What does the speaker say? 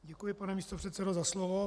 Děkuji, pane místopředsedo, za slovo.